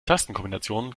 tastenkombinationen